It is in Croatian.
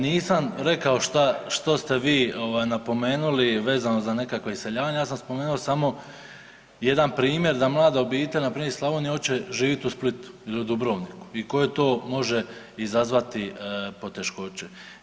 Nisam rekao što ste vi napomenuli vezano za nekakvo iseljavanje, ja sam spomenuo samo jedan primjer da mlada obitelj npr. iz Slavonije oće živjet u Splitu ili u Dubrovniku i koje to može izazvati poteškoće.